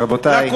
רבותי.